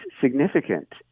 significant